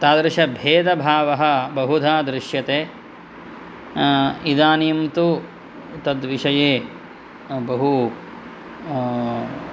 तादृश भेदभावः बहुधा दृश्यते इदानीं तु तद्विषये बहु